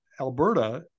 Alberta